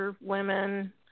women